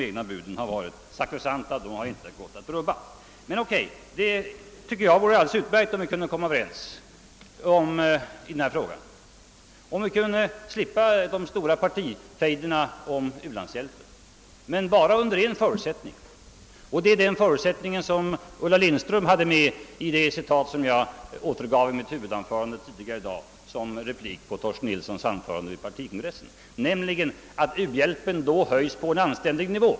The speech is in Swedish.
Jag tycker att det vore alldeles utmärkt om vi kunde komma överens i denna fråga, om vi kunde slippa de stora partifejderna om u-landshjälpen, men bara under en förutsättning, nämligen att u-hjälpen höjs till en anständig nivå.